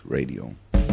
Radio